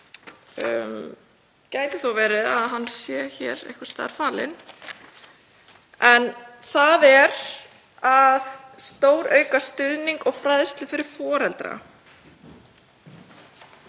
gæti þó verið að það atriði sé hér einhvers staðar falið, en það er að stórauka stuðning og fræðslu fyrir foreldra.